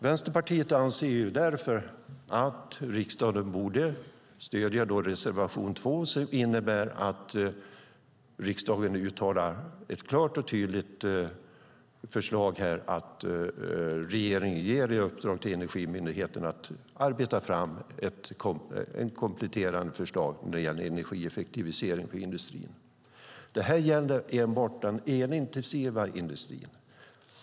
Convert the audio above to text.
Därför anser Vänsterpartiet att riksdagen borde stödja reservation 2 som innebär att riksdagen klart och tydligt uttalar att regeringen ger Energimyndigheten i uppdrag att arbeta fram ett kompletterande förslag när det gäller energieffektivisering för industrin. Det gäller enbart den elintensiva industrin.